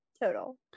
total